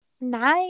Night